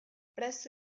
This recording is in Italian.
presso